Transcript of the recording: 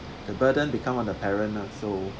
the burden become on the parents lah so